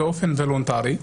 באופן וולונטרי.